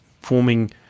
forming